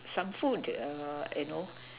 some food err you know